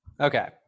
Okay